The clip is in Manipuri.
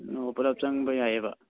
ꯑꯣ ꯄꯨꯂꯞ ꯆꯪꯕ ꯌꯥꯏꯌꯦꯕ